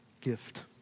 gift